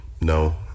No